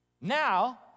Now